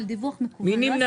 מי נמנע?